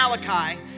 Malachi